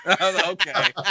Okay